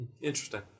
Interesting